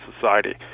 society